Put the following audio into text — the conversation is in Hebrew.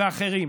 ואחרים.